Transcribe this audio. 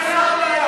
באמת.